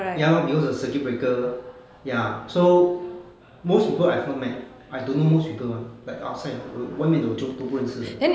ya lor because of circuit breaker ya so most people I have not met I don't know most people [one] like outside err 外面的我就都不认识的